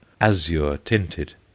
azure-tinted